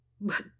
But